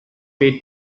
paid